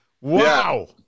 Wow